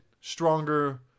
stronger